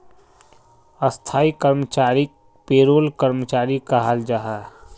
स्थाई कर्मचारीक पेरोल कर्मचारी कहाल जाहा